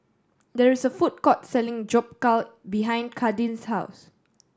there is a food court selling Jokbal behind Kadin's house